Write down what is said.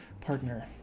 partner